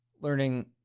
learning